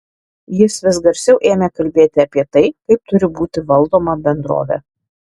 jis vis garsiau ėmė kalbėti apie tai kaip turi būti valdoma bendrovė